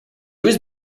was